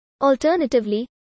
Alternatively